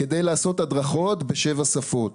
כדי לעשות הדרכות בשבע שפות.